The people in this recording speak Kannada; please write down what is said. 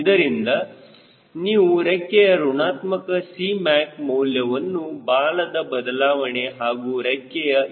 ಇದರಿಂದ ನೀವು ರೆಕ್ಕೆಯ ಋಣಾತ್ಮಕ Cmac ಮೌಲ್ಯವನ್ನು ಬಾಲದ ಬದಲಾವಣೆ ಹಾಗೂ ರೆಕ್ಕೆಯ a